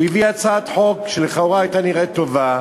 הוא הביא הצעת חוק שלכאורה נראתה טובה: